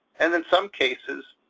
and in some cases,